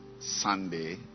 Sunday